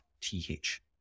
th